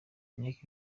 nick